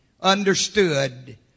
understood